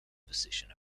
position